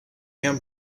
him